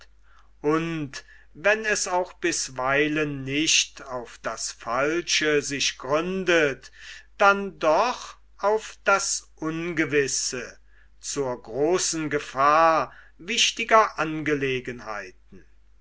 und wenn es auch bisweilen nicht auf das falsche sich gründet dann doch auf das ungewisse zur großen gefahr wichtiger angelegenheiten